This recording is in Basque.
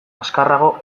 azkarrago